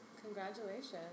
Congratulations